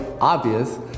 obvious